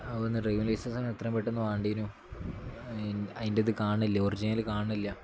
അ ഒന്ന് ഡ്രൈവിങ് ലൈസൻസന് എത്രയും പെട്ടന്ന് വേണ്ടീനു അതിൻ്റെ ഇത് കാണുന്നില്ല ഒറിജിനല് കാണുന്നില്ല